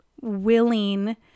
willing